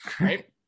Right